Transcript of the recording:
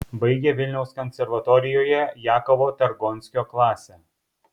baigė vilniaus konservatorijoje jakovo targonskio klasę